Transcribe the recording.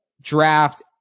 Draft